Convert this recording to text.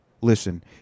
Listen